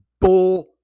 Bull